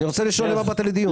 אני רוצה לשאול: למה באת לדיון?